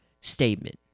statement